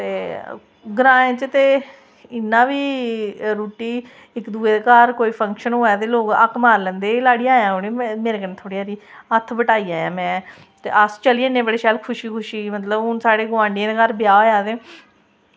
ते ग्राएं च ते इन्ना बी रुट्टी इक दुए दे घर कोई फंक्शन होऐ ते लोग हक मारी लैंदे एह् लाड़ी आयां मेरे कन्नै थोह्ड़ी हारी हत्थ बटाई जायां मै ते अस चली जन्ने बड़ी शैल खुशी खुशी मतलब हून साढ़े गोआंढियें दे घर ब्याह् ऐ ते